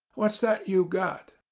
what's that you've got?